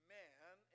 man